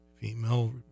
female